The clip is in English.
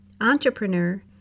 entrepreneur